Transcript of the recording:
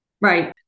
Right